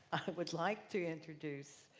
would like to introduce